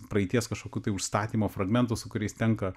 praeities kažkokių tai užstatymo fragmentų su kuriais tenka